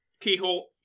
Keyhole